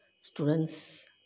students